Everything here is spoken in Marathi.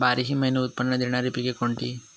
बाराही महिने उत्त्पन्न देणारी पिके कोणती?